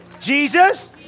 Jesus